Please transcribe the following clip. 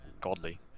godly